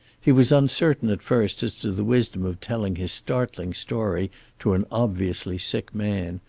he was uncertain at first as to the wisdom of telling his startling story to an obviously sick man,